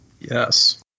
yes